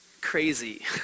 crazy